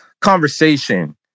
conversation